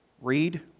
Read